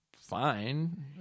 fine